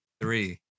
three